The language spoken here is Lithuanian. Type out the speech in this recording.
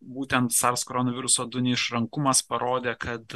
būtent sars koronaviruso du neišrankumas parodė kad